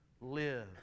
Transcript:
live